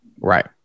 Right